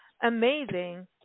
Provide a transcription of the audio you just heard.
Amazing